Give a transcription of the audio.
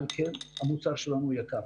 ולכן המוצר שלנו יקר.